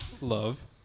Love